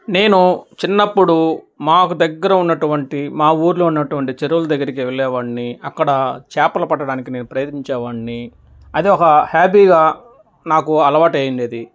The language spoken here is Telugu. నేను చిన్నప్పుడు మాకు దగ్గర ఉన్నటువంటి మా ఊరిలో ఉన్నటువంటి చెరువుల్ దగ్గరికి వెళ్ళేవాడిని అక్కడ చేపలు పట్టడానికి నేను ప్రయత్నించే వాడిని అది ఒక హాబీగా నాకు అలవాటైయుండేది